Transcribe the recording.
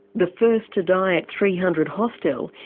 the first to die at three hundred hostel,